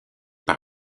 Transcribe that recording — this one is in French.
par